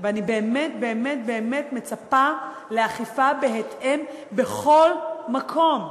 ואני באמת באמת באמת מצפה לאכיפה בהתאם בכל מקום,